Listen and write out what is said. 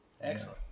Excellent